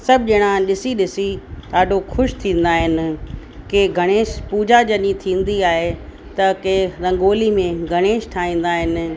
सभु ॼणा ॾिसी ॾिसी ॾाढो ख़ुशि थींदा आहिनि कंहिं गणेश पूॼा जॾहिं थींदी आहे त के रंगोली में गणेश ठाहींदा आहिनि